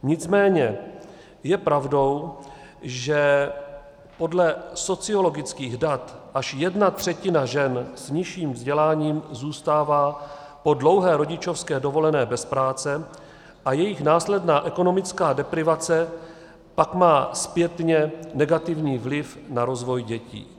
Nicméně je pravdou, že podle sociologických dat až jedna třetina žen s nižším vzděláním zůstává po dlouhé rodičovské dovolené bez práce a jejich následná ekonomická deprivace pak má zpětně negativní vliv na rozvoj dětí.